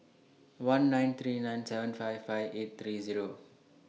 one nine three nine seven five five eight three Zero